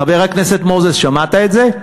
חבר הכנסת מוזס, שמעת את זה?